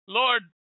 lord